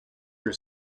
your